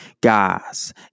Guys